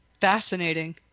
Fascinating